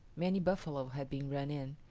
many buffalo have been run in,